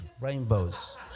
rainbows